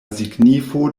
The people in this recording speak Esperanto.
signifo